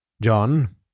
John